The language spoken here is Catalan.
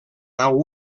nau